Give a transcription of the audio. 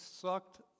sucked